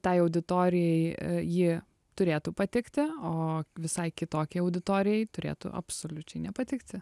tai auditorijai ji turėtų patikti o visai kitokiai auditorijai turėtų absoliučiai nepatikti